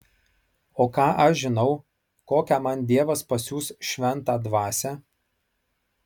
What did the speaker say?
o ką aš žinau kokią man dievas pasiųs šventą dvasią